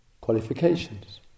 qualifications